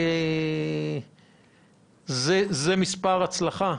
זה מספר שהוא הצלחה?